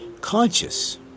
conscious